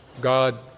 God